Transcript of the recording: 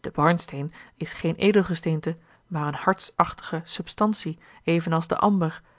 de barnsteen is geen edelgesteente maar eene harsachtige substantie evenals de amber